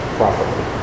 properly